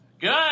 Good